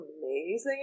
amazing